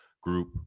Group